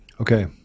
Okay